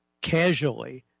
casually